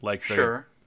Sure